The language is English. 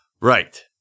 Right